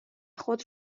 خود